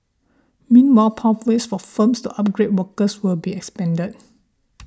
meanwhile pathways for firms to upgrade workers will be expanded